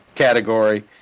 category